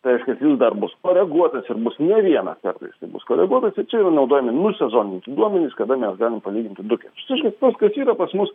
reiškias jis dar bus koreguotas ir bus ne vieną kartą jisai bus koreguotas ir čia yra naudojami nusezoninti duomenys kada mes galim palyginti du ketvirčius reiškias tas kas yra pas mus